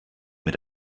mit